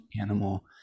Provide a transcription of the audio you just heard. animal